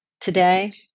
Today